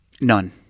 None